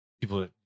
people